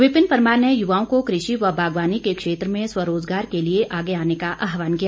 विपिन परमार ने युवाओं को कृषि व बागवानी के क्षेत्र में स्वरोजगार के लिए आगे आने का आहवान किया